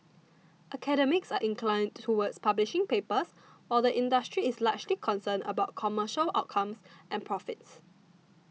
academics are inclined towards publishing papers or the industry is largely concerned about commercial outcomes and profits